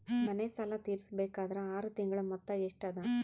ಮನೆ ಸಾಲ ತೀರಸಬೇಕಾದರ್ ಆರ ತಿಂಗಳ ಮೊತ್ತ ಎಷ್ಟ ಅದ?